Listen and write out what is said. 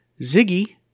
Ziggy